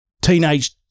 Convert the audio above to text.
teenage